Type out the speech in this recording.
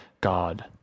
God